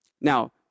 Now